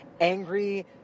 angry